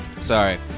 Sorry